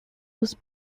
was